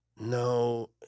No